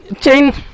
chain